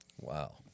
Wow